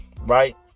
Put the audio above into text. right